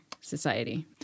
society